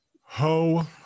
Ho